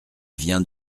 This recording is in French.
vient